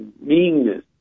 meanness